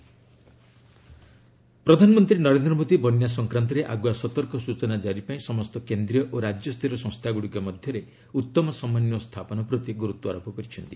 PM weather forecasting ପ୍ରଧାନମନ୍ତ୍ରୀ ନରେନ୍ଦ୍ର ମୋଦି ବନ୍ୟା ସଂକ୍ରାନ୍ତରେ ଆଗୁଆ ସତର୍କ ସ୍ଟଚନା ଜାରି ପାଇଁ ସମସ୍ତ କେନ୍ଦ୍ରୀୟ ଓ ରାଜ୍ୟସ୍ତରୀୟ ସଂସ୍ଥାଗୁଡ଼ିକ ମଧ୍ୟରେ ଉତ୍ତମ ସମନ୍ୱୟ ସ୍ଥାପନ ପ୍ରତି ଗୁରୁତ୍ୱ ଆରୋପ କରିଛନ୍ତି